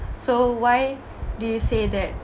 so why do you say that